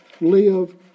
live